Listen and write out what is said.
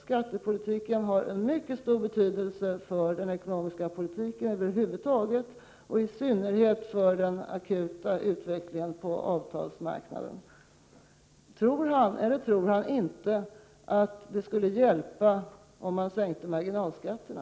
Skattepolitiken har en mycket stor betydelse för den ekonomiska politiken över huvud taget och i synnerhet för den akuta utvecklingen på avtalsområdet. Tror han eller tror han inte att det skulle hjälpa om man sänkte marginalskatterna?